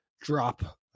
drop